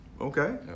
Okay